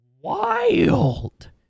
wild